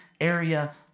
area